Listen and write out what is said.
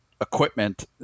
equipment